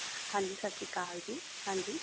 ਹਾਂਜੀ ਸਤਿ ਸ਼੍ਰੀ ਅਕਾਲ ਜੀ ਹਾਂਜੀ